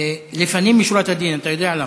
לפנים משורת הדין, אתה יודע למה.